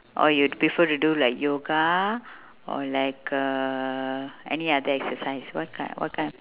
or you'd prefer to do like yoga or like uhh any other exercise what kind what kind